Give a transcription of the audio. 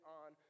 on